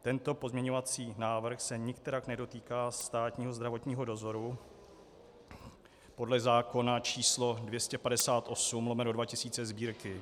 Tento pozměňovací návrh se nikterak nedotýká státního zdravotního dozoru podle zákona č. 258/2000 Sb.